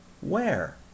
Where